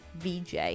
VJ